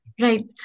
Right